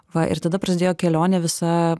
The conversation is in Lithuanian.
va ir tada prasidėjo kelionė visa